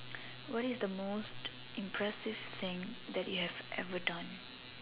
what is the most impressive thing that you have ever done